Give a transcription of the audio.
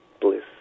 bliss